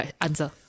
answer